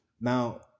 Now